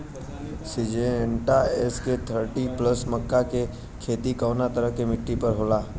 Syngenta NK thirty plus मक्का के के खेती कवना तरह के मिट्टी पर होला?